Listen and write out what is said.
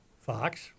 Fox